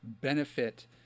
benefit